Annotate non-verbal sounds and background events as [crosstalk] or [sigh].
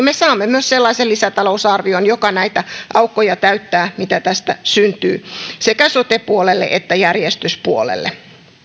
[unintelligible] me saamme myös sellaisen lisätalousarvion joka näitä aukkoja täyttää mitä tästä syntyy sekä sote puolelle että järjestyspuolelle